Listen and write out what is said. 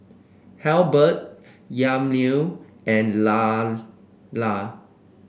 Halbert Yamilet and Lailah